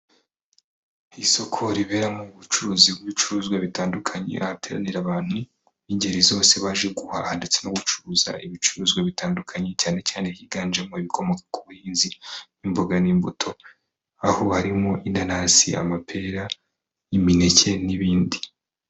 Isoko riberamo ubucuruzi bw'ibicuruzwa bitandukanye, ahateranira abantu b'ingeri zose baje guhaha ndetse no gucuruza ibicuruzwa bitandukanye, cyane cyane higanjemo ibikomoka ku buhinzi n'imboga n'imbuto, aho harimo inanasi, amapera n'imineke n'ibindi.